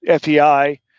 FEI